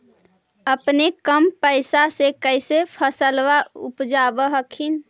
अपने कम पैसा से कैसे फसलबा उपजाब हखिन?